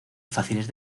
fáciles